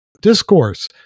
discourse